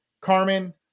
Carmen